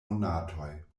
monatoj